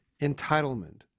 entitlement